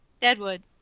Deadwood